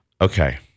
Okay